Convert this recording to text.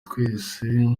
twese